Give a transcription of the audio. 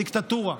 דיקטטורה,